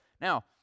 Now